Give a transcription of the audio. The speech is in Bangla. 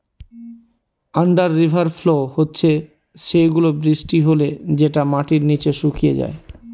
আন্ডার রিভার ফ্লো হচ্ছে সেগুলা বৃষ্টি হলে যেটা মাটির নিচে শুকিয়ে যায়